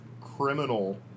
criminal